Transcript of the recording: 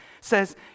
says